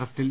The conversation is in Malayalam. അറസ്റ്റിൽ